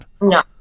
No